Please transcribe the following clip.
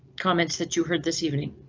comments that you heard this evening.